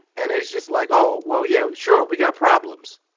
and it's just like oh, well, yeah, sure. we got problems.